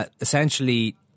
essentially